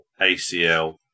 ACL